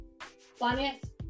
finance